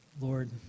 Lord